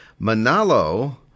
Manalo